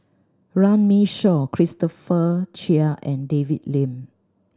Runme Shaw Christopher Chia and David Lim